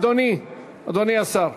אדוני השר,